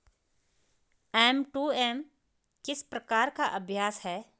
M to M किस प्रकार का अभ्यास है?